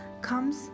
comes